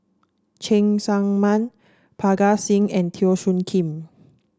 Cheng Tsang Man Parga Singh and Teo Soon Kim